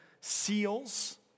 seals